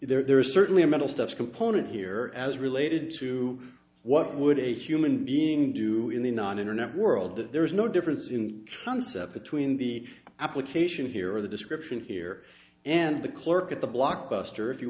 metals there is certainly a mental stuff component here as related to what would a human being do in the non internet world that there is no difference in concept between the application here the description here and the clerk at the blockbuster if you